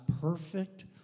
perfect